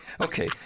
Okay